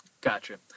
Gotcha